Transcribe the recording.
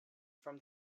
from